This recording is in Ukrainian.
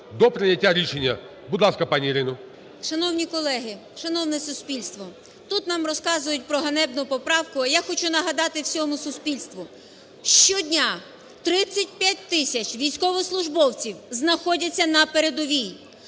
до прийняття рішення. Будь ласка, пані Ірино. 13:26:29 ЛУЦЕНКО І.С. Шановні колеги! Шановне суспільство! Тут нам розказують про ганебну поправку, а я хочу нагадати всьому суспільству. Щодня 35 тисяч військовослужбовців знаходяться на передовій.